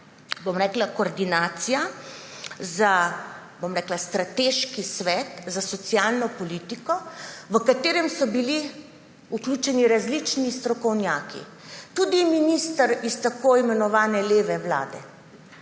koordinacija za, bom rekla, strateški svet za socialno politiko, v katerem so bili različni strokovnjaki, tudi minister iz tako imenovane leve vlade.